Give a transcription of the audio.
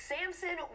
Samson